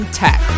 tech